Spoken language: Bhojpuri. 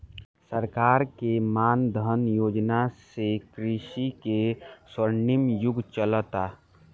सरकार के मान धन योजना से कृषि के स्वर्णिम युग चलता